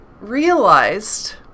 realized